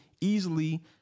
easily